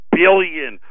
billion